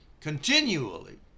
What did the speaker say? continually